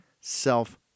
self